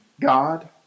God